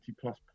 plus